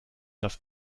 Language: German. das